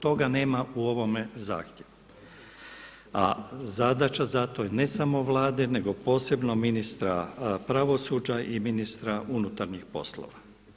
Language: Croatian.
Toga nema u ovome zahtjevu a zadaća zato je ne samo Vlade nego posebno ministra pravosuđa i ministra unutarnjih poslova.